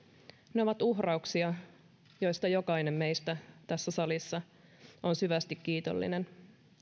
ne ovat uhrauksia joista jokainen meistä tässä salissa on syvästi kiitollinen